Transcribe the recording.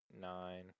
nine